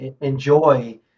enjoy